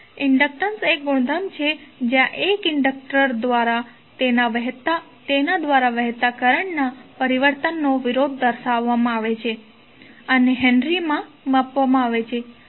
inductance એ ગુણધર્મ છે જ્યાં એક ઇન્ડક્ટર દ્વારા તેના દ્વારા વહેતા કરંટના પરિવર્તનનો વિરોધ દર્શાવવામાં આવે છે અને હેનરી માં માપવામાં આવે છે